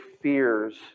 fears